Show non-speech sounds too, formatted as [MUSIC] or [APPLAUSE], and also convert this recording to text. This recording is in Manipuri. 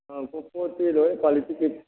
ꯑꯥ ꯄꯣꯠꯇꯤ ꯂꯣꯏꯅ ꯀ꯭ꯋꯥꯂꯤꯇꯤ [UNINTELLIGIBLE]